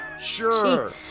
Sure